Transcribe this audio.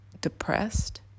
depressed